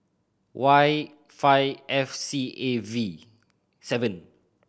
Y five F C A V seven